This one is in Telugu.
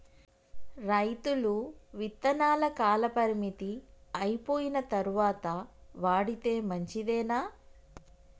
రైతులు విత్తనాల కాలపరిమితి అయిపోయిన తరువాత వాడితే మంచిదేనా?